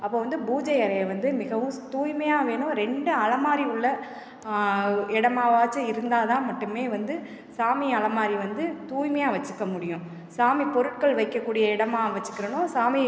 அப்போ வந்து பூஜை அறையை வந்து மிகவும் சு தூய்மையாக வேணும் ரெண்டு அலமாரி உள்ள இடமாவாச்சி இருந்தால் தான் மட்டுமே வந்து சாமி அலமாரி வந்து தூய்மையாக வச்சிக்க முடியும் சாமி பொருட்கள் வைக்கக் கூடிய இடமாக வச்சிக்கிறனும் சாமி